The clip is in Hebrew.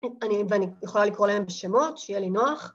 ‫ואני יכולה לקרוא להם בשמות, ‫שיהיה לי נוח.